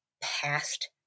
past